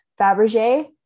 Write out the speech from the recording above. Fabergé